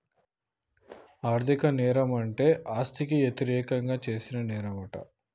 ఆర్ధిక నేరం అంటే ఆస్తికి యతిరేకంగా చేసిన నేరంమంట